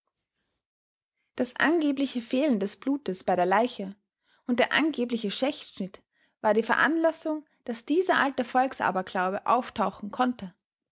das angebliche fehlen des blutes bei der leiche und der angebliche schächtschnitt war die veranlassung daß dieser alte volksaberglaube auftauchen konnte